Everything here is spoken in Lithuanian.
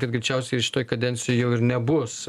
kad greičiausiai ir šitoj kadencijoj jau ir nebus